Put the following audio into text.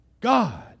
God